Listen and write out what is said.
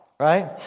Right